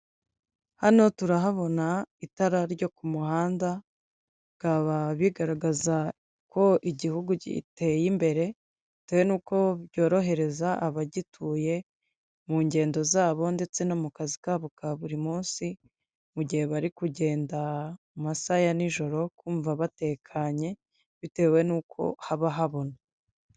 Hano turahabona itara ryo ku muhanda, bikaba bigaragaza ko igihugu giteye imbere bitewe n'uko byorohereza abagituye mu ngendo zabo ndetse no mu kazi kabo ka buri munsi, mu gihe bari kugenda mu masaha ya n'ijoro kumva batekanye bitewe n'uko haba habona.